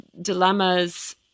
dilemmas